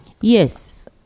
yes